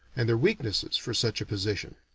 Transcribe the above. and their weaknesses for such a position.